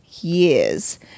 years –